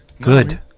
Good